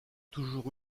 toujours